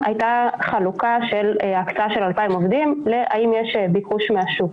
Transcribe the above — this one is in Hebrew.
הייתה חלוקה של הקצאה של 2,000 עובדים להם היה ביקוש מהשוק.